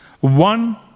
One